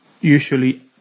usually